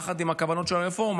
יחד עם הכוונות של הרפורמה,